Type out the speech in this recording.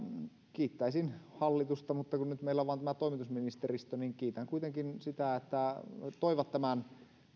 kiittäisin hallitusta mutta kun nyt meillä on vain tämä toimitusministeristö niin kuitenkin sitä että toivat tämän